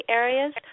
areas